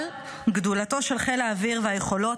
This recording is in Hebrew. אבל גדולתו של חיל האוויר והיכולות